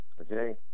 Okay